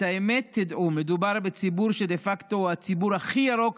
את האמת תדעו: מדובר בציבור שדה פקטו הוא הציבור הכי ירוק